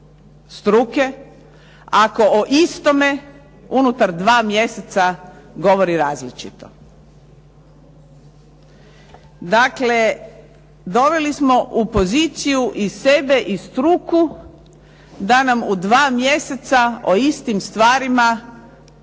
struke ako o istome unutar dva mjeseca govori različito. Dakle, doveli smo u poziciju i sebe i struku da nam u dva mjeseca o istim stvarima